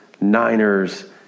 Niners